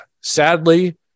Sadly